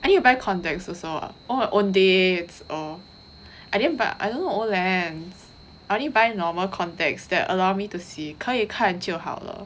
I need to buy contacts also oh Owndays oh I didn't buy I don't know OLens I only buy normal contacts that allow me to see 可以看就好了